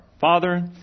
Father